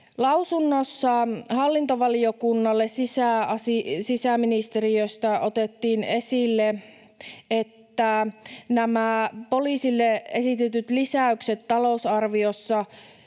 Lausunnossaan hallintovaliokunnalle sisäministeriöstä otettiin esille, että nämä poliisille esitetyt lisäykset talousarviossa...